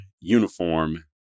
uniform